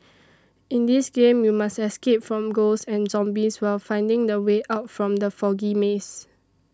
in this game you must escape from ghosts and zombies while finding the way out from the foggy maze